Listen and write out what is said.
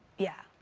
yeah,